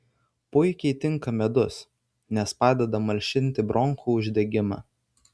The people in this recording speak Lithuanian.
puikiai tinka medus nes padeda malšinti bronchų uždegimą